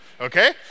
Okay